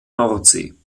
nordsee